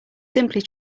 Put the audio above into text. simply